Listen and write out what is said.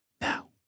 now